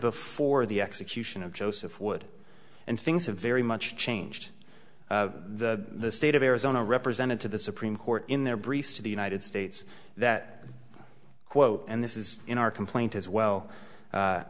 before the execution of joseph wood and things are very much changed the state of arizona represented to the supreme court in their briefs to the united states that quote and this is in our complaint as well